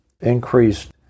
increased